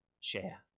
share